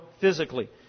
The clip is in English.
physically